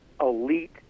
elite